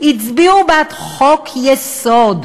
הצביעו בעד חוק-יסוד,